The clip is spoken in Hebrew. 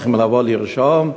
צריכים לבוא ולרשום,